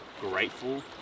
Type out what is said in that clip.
grateful